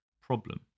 problem